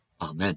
Amen